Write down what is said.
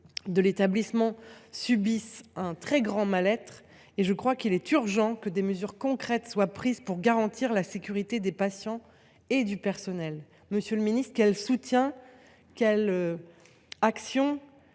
de l’établissement subissent un très grand mal être, et je crois qu’il est urgent que des mesures concrètes soient prises pour garantir la sécurité des patients et du personnel. Monsieur le ministre, quels soutiens, quelles actions